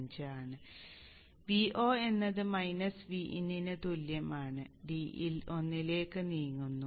5 ആണ് Vo എന്നത് Vin തുല്യമാണ് d ൽ 1 ലേക്ക് നീങ്ങുന്നു